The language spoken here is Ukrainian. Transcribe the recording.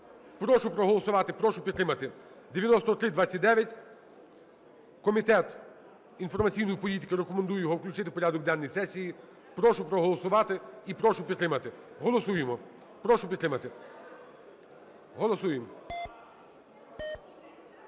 Прошу проголосувати. Прошу підтримати 9329. Комітет інформаційної політики рекомендує його включити в порядок денний сесії. Прошу проголосувати і прошу підтримати. Голосуємо. Прошу підтримати. Голосуємо.